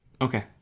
Okay